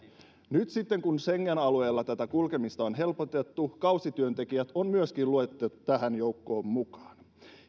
nyt kun schengen alueella kulkemista on helpotettu myöskin kausityöntekijät on luettu tähän joukkoon mukaan